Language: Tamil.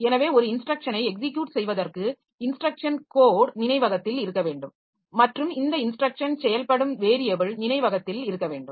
எனவே ஒரு இன்ஸ்ட்ரக்ஷனை எக்ஸிக்யுட் செய்வதற்கு இன்ஸ்ட்ரக்ஷன் கோட் நினைவகத்தில் இருக்க வேண்டும் மற்றும் இந்த இன்ஸ்ட்ரக்ஷன் செயல்படும் வேரியபில் நினைவகத்தில் இருக்க வேண்டும்